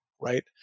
Right